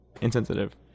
insensitive